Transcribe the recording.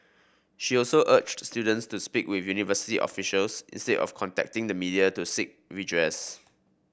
she also urged students to speak with university officials instead of contacting the media to seek redress